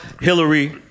Hillary